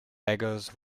beggars